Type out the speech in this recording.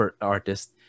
artist